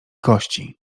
kości